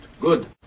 Good